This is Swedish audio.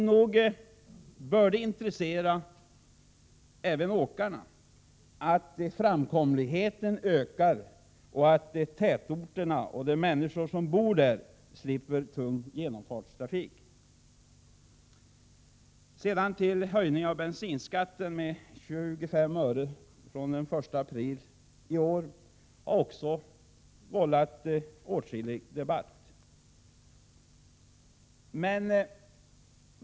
Nog bör det intressera även åkarna att framkomligheten ökar och att tätorterna och de människor som bor där slipper tung genomfartstrafik! Sedan till höjningen av bensinskatten med 25 öre från den 1 april i år. Det förslaget har också vållat åtskillig debatt.